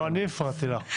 לא אני הפרעתי לה.